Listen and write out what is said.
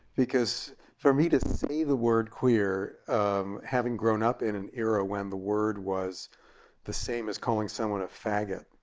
because for me to say the the word queer, um having grown up in an era when the word was the same as calling someone a faggot